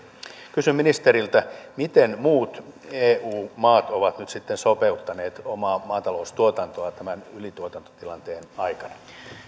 kysyn ministeriltä miten muut eu maat ovat nyt sitten sopeuttaneet omaa maataloustuotantoaan tämän ylituotantotilanteen aikana